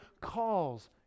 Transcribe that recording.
calls